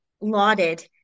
lauded